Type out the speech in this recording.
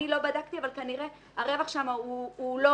אני לא בדקתי אבל כנראה הרווח שם הוא אפסי.